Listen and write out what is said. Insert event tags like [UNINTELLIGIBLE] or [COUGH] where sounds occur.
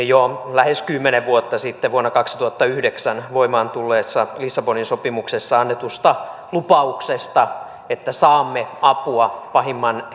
[UNINTELLIGIBLE] jo lähes kymmenen vuotta sitten vuonna kaksituhattayhdeksän voimaan tulleessa lissabonin sopimuksessa annetusta lupauksesta että saamme apua pahimman [UNINTELLIGIBLE]